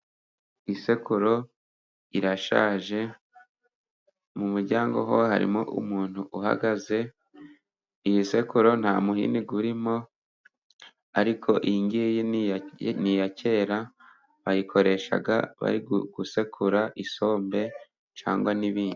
Isekuru irashaje. Mu muryango ho harimo umuntu uhagaze. isekuru nta muhini urimo, ariko iyi ngiyi ni iya kera bayikoreshaga basekura isombe cyangwa n'ibindi.